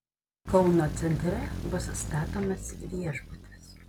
kauno centre bus statomas viešbutis